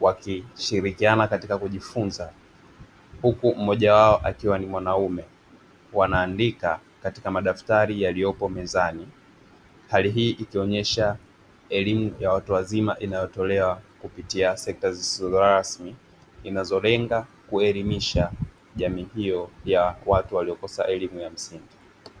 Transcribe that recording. wakishirikiana katika kujifunza. Huku mmoja wao akiwa ni mwanaume wanaandika katika madaftari yaliyopo mezani. Hali hii ikionyesha elimu ya watu wazima inayotolewa kupitia sekta zisizorasmi inazolenga kuelimisha jamii hiyo ya watu waliokosa elimu ya msingi.